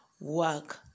work